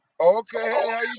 Okay